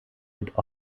mit